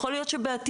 יכול להיות שבעתיד,